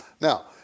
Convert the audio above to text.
Now